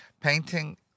painting